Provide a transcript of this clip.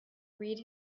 read